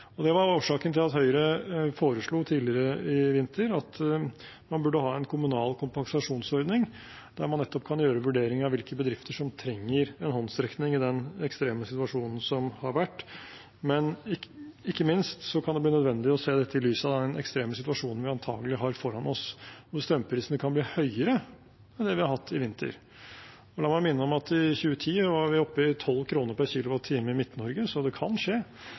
Det var årsaken til at Høyre tidligere i vinter foreslo at man burde ha en kommunal kompensasjonsordning der man nettopp kan gjøre vurderinger av hvilke bedrifter som trenger en håndsrekning i den ekstreme situasjonen som har vært, men ikke minst kan det bli nødvendig å se dette i lys av den ekstreme situasjonen vi antagelig har foran oss, hvor strømprisene kan bli høyere enn det vi har hatt i vinter. La meg minne om at vi i 2010 var oppe i 12 kr/kWh i Midt-Norge, så det kan skje,